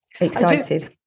excited